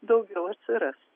daugiau atsiras